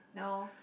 no